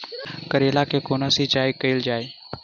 करैला केँ कोना सिचाई कैल जाइ?